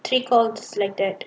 three calls like that